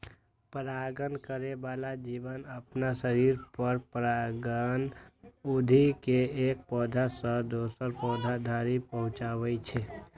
परागण करै बला जीव अपना शरीर पर परागकण उघि के एक पौधा सं दोसर पौधा धरि पहुंचाबै छै